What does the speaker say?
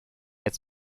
its